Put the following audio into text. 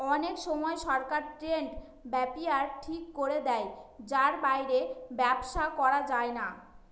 অনেক সময় সরকার ট্রেড ব্যারিয়ার ঠিক করে দেয় যার বাইরে ব্যবসা করা যায় না